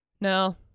No